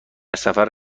سفر